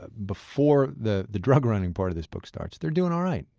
ah before the the drug running part of this book starts, they're doing all right.